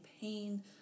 pain